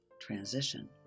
transition